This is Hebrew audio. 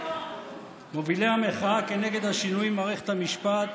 מובילי המחאה נגד השינויים במערכת המשפט